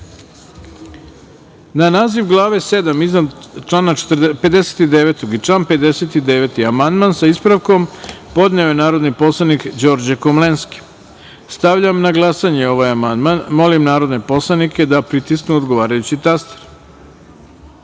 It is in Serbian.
iznad člana 65, naziv člana 65. i član 65. amandman, sa ispravkom, podneo je narodni poslanik Đorđe Komlenski. Stavljam na glasanje ovaj amandman. Molim narodne poslanike da pritisnu odgovarajući